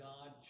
God